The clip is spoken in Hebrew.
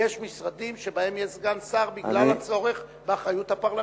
שיש משרדים שבהם יש סגן שר בגלל הצורך באחריות הפרלמנטרית.